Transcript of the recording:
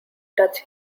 touch